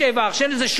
שאין לזה שום ערך,